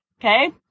okay